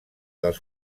dels